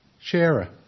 sharer